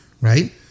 right